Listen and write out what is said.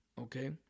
okay